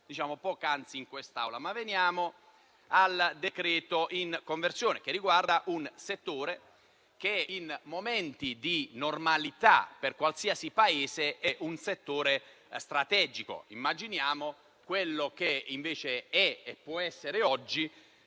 sentite poc'anzi in quest'Aula. Veniamo al decreto-legge in conversione, che riguarda un settore che in momenti di normalità per qualsiasi Paese sarebbe strategico. Immaginiamo quello che invece è e può essere oggi,